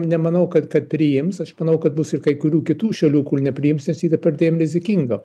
nemanau kad kad priims aš manau kad bus ir kai kurių kitų šalių kur nepriims nes yra perdėm rizikinga